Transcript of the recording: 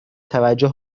توجه